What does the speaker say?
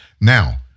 Now